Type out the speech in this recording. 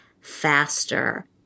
faster